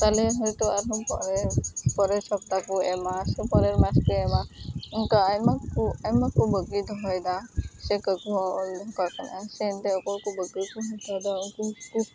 ᱛᱟᱦᱚᱞᱮ ᱦᱳᱭ ᱛᱚ ᱟᱨᱦᱚᱢ ᱠᱚᱭᱮᱭᱟ ᱯᱚᱨᱮᱨ ᱥᱚᱯᱛᱟᱦᱚ ᱠᱚ ᱮᱢᱟ ᱥᱮ ᱯᱚᱨᱮᱨ ᱢᱟᱥ ᱠᱚ ᱮᱢᱟ ᱚᱱᱠᱟ ᱟᱭᱢᱟ ᱠᱚ ᱠᱚ ᱟᱭᱢᱟ ᱠᱚ ᱵᱟᱹᱠᱤ ᱫᱚᱦᱚᱭᱮᱫᱟ ᱥᱮ ᱠᱟᱠᱩ ᱦᱚᱸ ᱮᱢ ᱟᱠᱟᱫ ᱠᱚᱣᱟᱭ ᱥᱮ ᱮᱱᱛᱮᱫ ᱚᱠᱚᱭ ᱠᱚ ᱠᱚ ᱵᱟᱹᱠᱤ ᱛᱟᱦᱮᱱ ᱠᱷᱟᱡ ᱫᱚ ᱩᱱᱠᱩ ᱦᱚᱸ ᱠᱚ